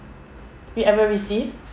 you ever receive